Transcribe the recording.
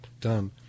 done